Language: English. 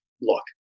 look